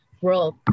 world